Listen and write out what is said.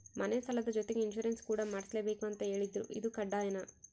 ಮನೆ ಸಾಲದ ಜೊತೆಗೆ ಇನ್ಸುರೆನ್ಸ್ ಕೂಡ ಮಾಡ್ಸಲೇಬೇಕು ಅಂತ ಹೇಳಿದ್ರು ಇದು ಕಡ್ಡಾಯನಾ?